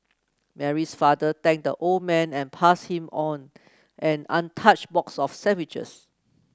Mary's father thanked the old man and passed him on an untouched box of sandwiches